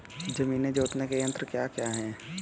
जमीन जोतने के यंत्र क्या क्या हैं?